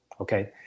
Okay